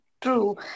True